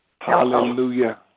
Hallelujah